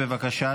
בבקשה,